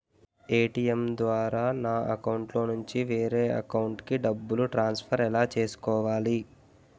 ATM ద్వారా నా అకౌంట్లోనుంచి వేరే అకౌంట్ కి డబ్బులు ట్రాన్సఫర్ ఎలా చేసుకోవాలి?